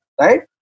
right